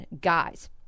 guys